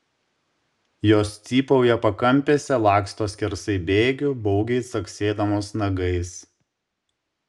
jos cypauja pakampėse laksto skersai bėgių baugiai caksėdamos nagais